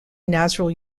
nazrul